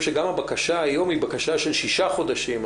שגם הבקשה היום היא בקשה של שישה חודשים.